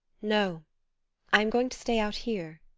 no i am going to stay out here.